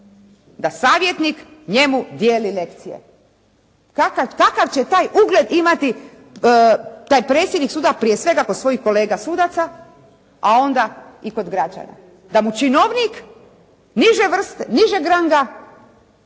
Da savjetnik njemu dijeli lekcije. Kakav će taj ugled imati, taj predsjednik suda prije svega kod svojih kolega sudaca, a onda i kod građana. Da mu činovnik niže, nižeg ranga